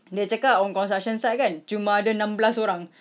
dia cakap on construction site kan cuma ada enam belas orang